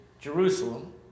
Jerusalem